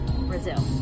Brazil